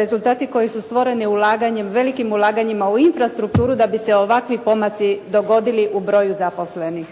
rezultati koji su stvoreni ulaganjem, velikim ulaganjima u infrastrukturu da bi se ovakvi pomaci dogodili u broju zaposlenih.